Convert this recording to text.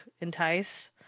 enticed